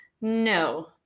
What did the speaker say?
No